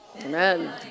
Amen